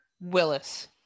Willis